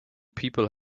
people